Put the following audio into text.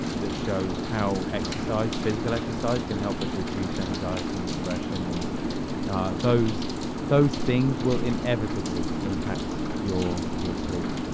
that shows how exercise, physical exercise can help us reduce anxiety and depression. and those those things will inevitably impact your your sleep.